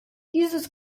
dieses